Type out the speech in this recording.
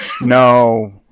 No